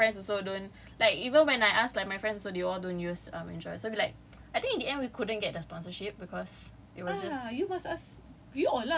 so so hard then a lot of our friends also don't like even when I ask my friends also they all don't use android so be like I think in the end we couldn't get the sponsorship cause it was just